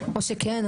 שכן,